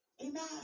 Amen